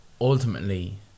ultimately